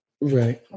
Right